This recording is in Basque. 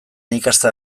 ikastea